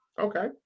Okay